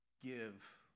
give